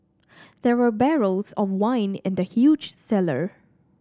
there were barrels of wine in the huge cellar